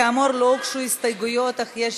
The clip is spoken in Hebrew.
כאמור, לא הוגשו הסתייגויות, אך יש,